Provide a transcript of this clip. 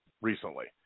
recently